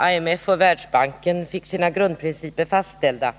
IMF och Världsbanken fick sina grundprinciper fastställda,